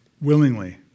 willingly